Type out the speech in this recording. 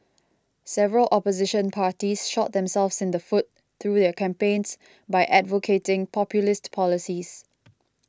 several opposition parties shot themselves in the foot through their campaigns by advocating populist policies